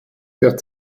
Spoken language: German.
der